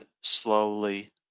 slowly